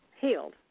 healed